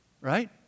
Right